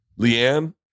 leanne